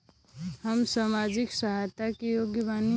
हम सामाजिक सहायता के योग्य बानी?